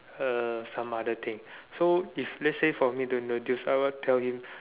uh some other thing so if let's say for me to introduce I will tell him